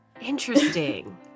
Interesting